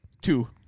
Two